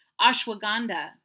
Ashwagandha